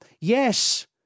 Yes